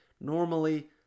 Normally